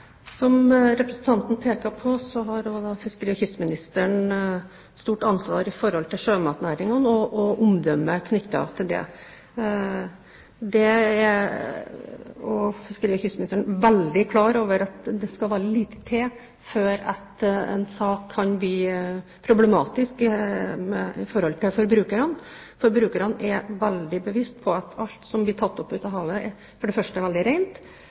Som representanten peker på, har fiskeri- og kystministeren et stort ansvar for sjømatnæringen og omdømmet knyttet til det. Fiskeri- og kystministeren er veldig klar over at det skal veldig lite til før en sak kan bli problematisk overfor forbrukerne. Forbrukerne er veldig bevisst på at alt som blir tatt opp fra havet, for det første er veldig